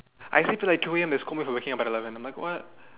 I sleep at like two A_M they scold me for like waking up at eleven like what